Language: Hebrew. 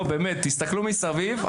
באמת, תסתכלו מסביב.